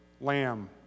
lamb